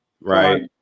Right